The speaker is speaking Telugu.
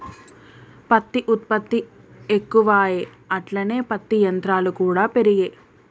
పత్తి ఉత్పత్తి ఎక్కువాయె అట్లనే పత్తి యంత్రాలు కూడా పెరిగే